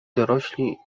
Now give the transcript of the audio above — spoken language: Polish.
dorośli